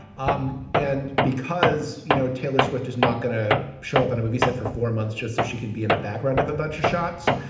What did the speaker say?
um and because, you know, taylor swift is not going to show up on a movie set for four months just so she can be in the background of a bunch of shots.